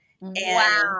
wow